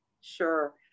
Sure